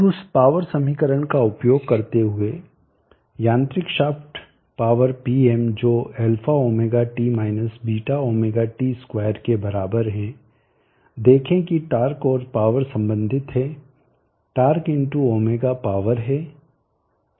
अब उस पावर समीकरण का उपयोग करते हुए यांत्रिक शाफ्ट पावर Pm जो α ωt β ωt2 के बराबर है देखें कि टार्क और पावर संबंधित हैं टार्क ω पावर है